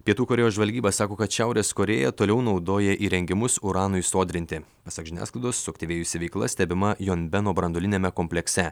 pietų korėjos žvalgyba sako kad šiaurės korėja toliau naudoja įrengimus uranui sodrinti pasak žiniasklaidos suaktyvėjusi veikla stebima jon beno branduoliniame komplekse